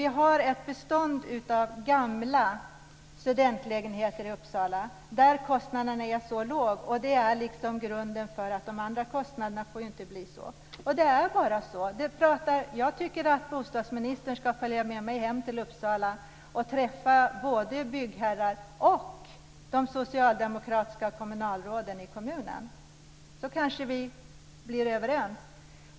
Vi har ett bestånd av gamla studentlägenheter i Uppsala där hyrorna är låga, och det är grunden för att de andra hyrorna inte får bli så här. Det är så. Jag tycker att bostadsministern ska följa med mig hem till Uppsala och träffa både byggherrar och de socialdemokratiska kommunalråden i kommunen. Då kanske vi blir överens.